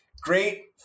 great